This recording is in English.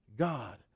God